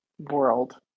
world